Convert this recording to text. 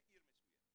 בעיר מסוימת,